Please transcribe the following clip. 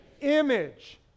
image